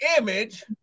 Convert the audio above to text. image